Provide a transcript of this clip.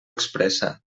expressa